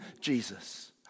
Jesus